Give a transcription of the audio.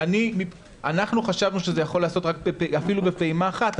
אנחנו חשבנו שזה יכול להיעשות רק בפעימה אחת,